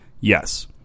Yes